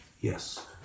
Yes